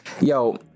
yo